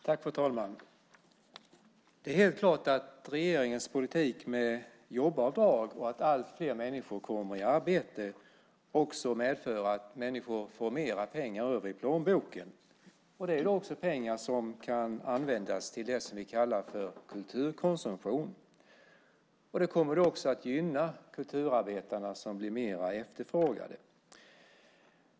Fru talman! Det är helt klart att regeringens politik med jobbavdrag och att allt fler människor kommer i arbete också medför att människor får mer pengar över i plånboken. Det är också pengar som kan användas till det som vi kallar för kulturkonsumtion. Det kommer då också att gynna kulturarbetarna, som blir mer efterfrågade.